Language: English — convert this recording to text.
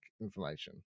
information